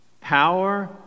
power